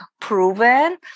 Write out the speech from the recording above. proven